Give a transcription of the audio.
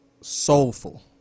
soulful